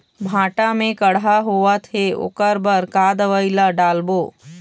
भांटा मे कड़हा होअत हे ओकर बर का दवई ला डालबो?